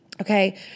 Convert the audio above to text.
Okay